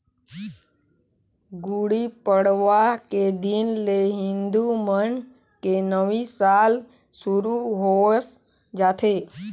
गुड़ी पड़वा के दिन ले हिंदू मन के नवी साल सुरू होवस जाथे